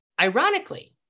ironically